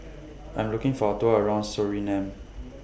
I'm looking For A Tour around Suriname